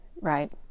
right